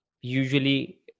Usually